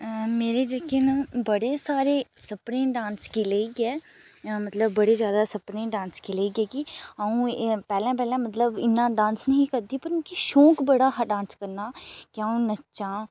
मेरे जेह्के न बड़े सारे सपने डांस गी लेइयै मतलब बड़े जादा सपने डांस गी लेइयै कि अ'ऊं पैह्लें पैह्लें मतलब इ'न्ना डांस नेईं ही करदी पर मिगी शौक बड़ा हा डांस करना दा कि अ'ऊं नच्चांऽ